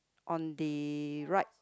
on the right